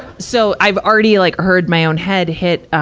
so i've already like heard my own head hit, um,